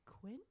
Quinn